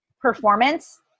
Performance